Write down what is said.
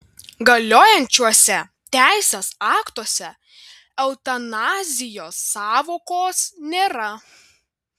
galiojančiuose teisės aktuose eutanazijos sąvokos nėra